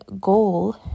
goal